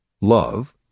love